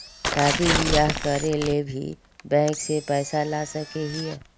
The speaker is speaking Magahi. शादी बियाह करे ले भी बैंक से पैसा ला सके हिये?